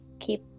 keep